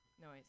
noise